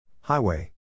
Highway